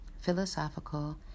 philosophical